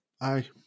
aye